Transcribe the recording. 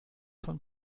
von